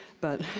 but